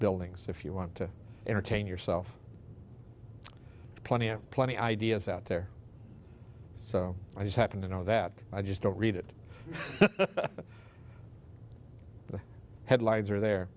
buildings if you want to entertain yourself plenty of plenty of ideas out there so i just happen to know that i just don't read it headlines or there